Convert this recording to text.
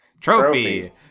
Trophy